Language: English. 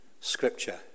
scripture